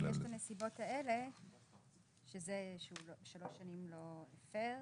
הנסיבות האלה שבמשך שלוש שנים הוא לא הפר.